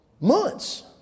Months